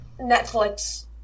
Netflix